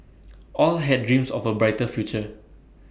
all had dreams of A brighter future